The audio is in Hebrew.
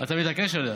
אתה מתעקש עליה?